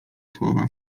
słowa